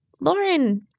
Lauren